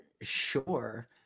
Sure